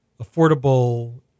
affordable